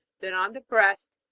then on the breast,